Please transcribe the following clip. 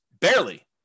Barely